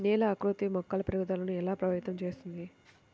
నేల ఆకృతి మొక్కల పెరుగుదలను ఎలా ప్రభావితం చేస్తుంది?